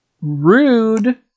Rude